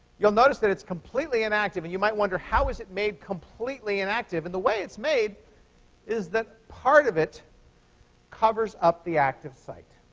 you'll notice that it's completely inactive. and you might wonder, how is it made completely inactive? and the way it's made is that part of it covers up the active site.